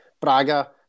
Braga